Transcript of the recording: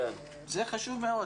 זה חשוב מאוד.